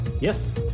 Yes